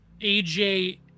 AJ